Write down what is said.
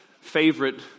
favorite